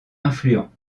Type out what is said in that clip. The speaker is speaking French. influents